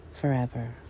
forever